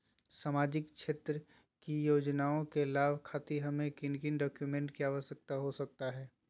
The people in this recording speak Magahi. सामाजिक क्षेत्र की योजनाओं के लाभ खातिर हमें किन किन डॉक्यूमेंट की आवश्यकता हो सकता है?